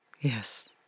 Yes